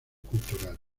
culturales